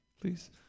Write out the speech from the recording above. please